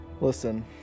listen